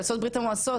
יוצאות ברית המועצות,